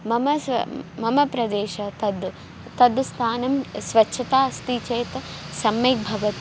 मम स मम प्रदेशः तद् तद् स्थानं स्वच्छाता अस्ति चेत् सम्यक् भवति